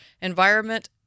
Environment